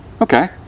Okay